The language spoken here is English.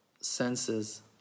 senses